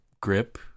grip